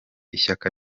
ishyaka